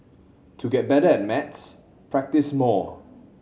to get better at maths practise more